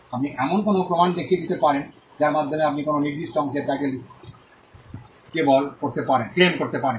আপনি এমন কোনও প্রমাণ দেখিয়ে দিতে পারেন যার মাধ্যমে আপনি কোনও নির্দিষ্ট অংশের টাইটেল ক্লেম করতে পারেন